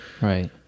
Right